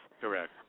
Correct